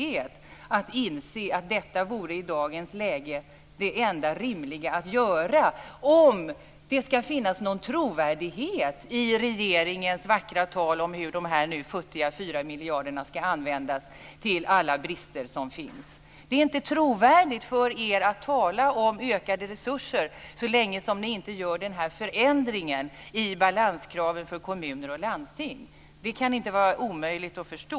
Det handlar om att inse att detta i dagens läge vore det enda rimliga om det skall finnas någon trovärdighet i regeringens vackra tal om hur de nu futtiga 4 miljarderna skall användas för att åtgärda alla brister som finns. Det är inte trovärdigt för er att tala om ökade resurser, så länge ni inte genomför den här förändringen i balanskraven för kommuner och landsting. Det kan inte vara omöjligt att förstå.